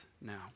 now